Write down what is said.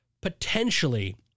potentially